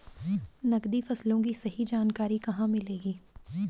नकदी फसलों की सही जानकारी कहाँ मिलेगी?